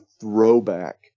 throwback